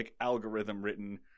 algorithm-written